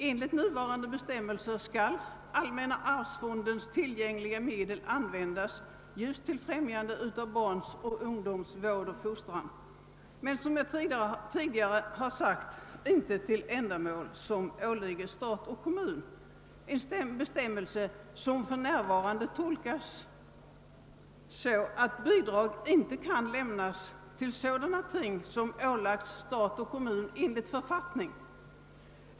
Enligt gällande bestämmelser skall allmänna arvsfondens tillgängliga medel användas just till främjande av barns och ungdoms vård och fostran men, som jag tidigare har sagt, inte till ändamål som åligger stat och kommun. Det är en bestämmelse som för närvarände tolkas så att bidrag inte kan lämnas till sådana ting som har ålagts stat och kommun enligt författningen.